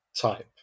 type